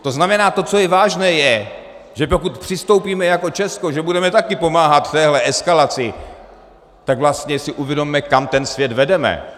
To znamená, to, co je vážné, je, že pokud přistoupíme jako Česko, že budeme taky pomáhat téhle eskalaci, tak vlastně si uvědomme, kam ten svět vedeme.